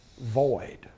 void